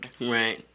Right